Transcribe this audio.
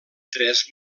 tres